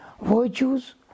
virtues